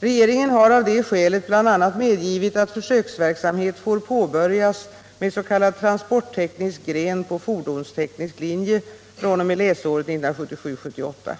Regeringen har av detta skäl bl.a. medgivit - Nr 39 att försöksverksamhet får påbörjas med s.k. transportteknisk gren på fordonsteknisk linje fr.o.m. läsåret 1977/78.